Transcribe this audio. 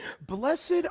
blessed